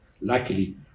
luckily